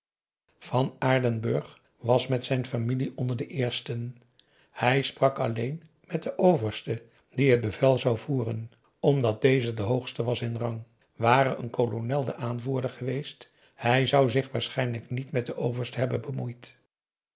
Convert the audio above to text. van aardenburg was met zijn familie onder de eersten hij sprak alleen met den overste die het bevel zou voeren omdat deze de hoogste was in rang ware een kolonel de aanvoerder geweest hij zou zich waarschijnlijk niet met den overste hebben bemoeid